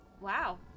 Wow